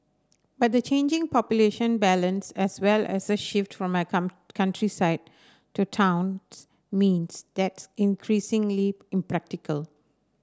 but the changing population balance as well as a shift from my come countryside to towns means that's increasingly impractical